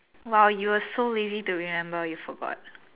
!wow! you are so lazy to remember you forgot